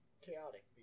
chaotic